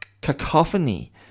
cacophony